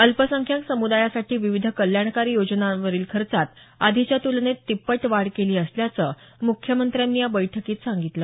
अल्पसंख्याक समुदायासाठी विविध कल्याणकारी योजनांवरील खर्चात आधीच्या तुलनेत तिप्पट वाढ केली असल्याचं मुख्यमंत्र्यांनी या बैठकीत सांगितलं